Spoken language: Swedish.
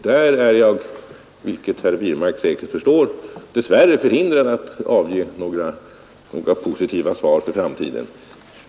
Där är jag — vilket herr Wirmark säkert förstår — dess värre förhindrad att avge några positiva löften för framtiden.